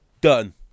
Done